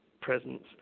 presence